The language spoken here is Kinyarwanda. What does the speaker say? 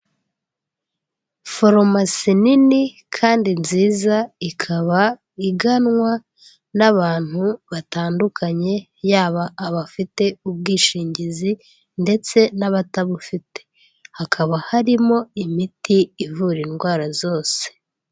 Farumasi nini kandi nziza ikaba iganwa n'abantu batandukanye yaba abafite ubwishingizi ndetse n'abatabufite, hakaba harimo imiti ivura indwara zose.